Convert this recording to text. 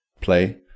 play